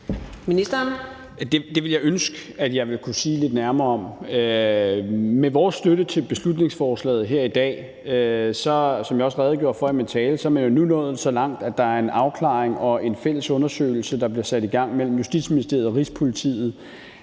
Det ville jeg ønske at jeg kunne jo sige lidt mere om. Med vores støtte til beslutningsforslaget her i dag er man jo, som jeg også redegjorde for i min tale, nu nået så langt, at der er en afklaring, og at der bliver sat en fælles undersøgelse i gang mellem Justitsministeriet og Rigspolitiet